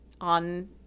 on –